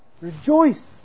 Rejoice